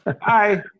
Hi